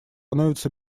становится